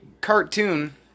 cartoon